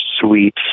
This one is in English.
sweet